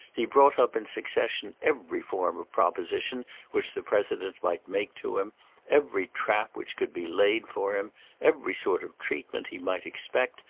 he brought up in succession every form of proposition which the president might make to him every trap which could be laid for him every sort of treatment he might expect,